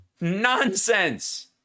Nonsense